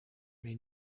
may